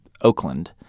Oakland